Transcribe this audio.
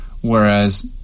whereas